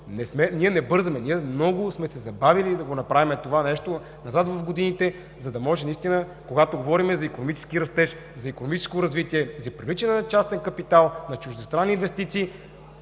Ние не бързаме, ние много се забавихме да направим това назад в годините, за да може наистина, когато говорим за икономически растеж, за икономическо развитие, за привличане на частен капитал, на чуждестранни инвестиции,